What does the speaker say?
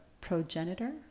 progenitor